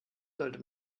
sollte